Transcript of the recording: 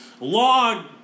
Log